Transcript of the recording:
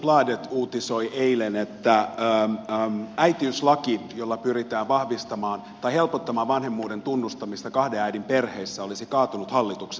hufvudstadsbladet uutisoi eilen että äitiyslaki jolla pyritään helpottamaan vanhemmuuden tunnustamista kahden äidin perheissä olisi kaatunut hallituksessa